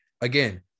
again